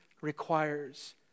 requires